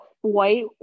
white